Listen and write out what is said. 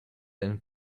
and